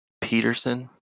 Peterson